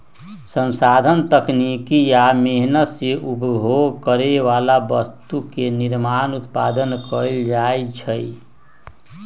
संसाधन तकनीकी आ मेहनत से उपभोग करे बला वस्तु के निर्माण उत्पादन कएल जाइ छइ